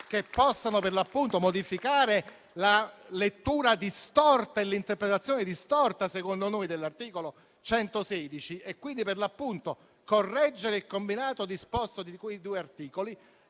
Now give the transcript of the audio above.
che possano modificare la lettura e l'interpretazione distorte, secondo noi, dell'articolo 116 e quindi correggere il combinato disposto di quei due articoli,